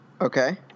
Okay